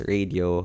Radio